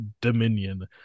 Dominion